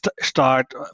start